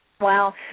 Wow